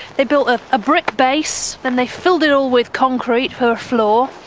they built ah a brick base, then they filled it all with concrete for a floor,